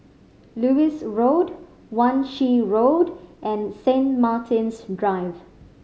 Lewis Road Wan Shih Road and Saint Martin's Drive